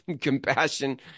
compassion